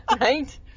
right